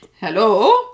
Hello